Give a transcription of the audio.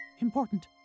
important